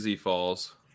falls